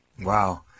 Wow